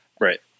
Right